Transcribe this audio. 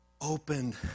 opened